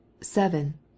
Seven